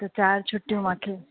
त चारि छुट्टियूं मूंखे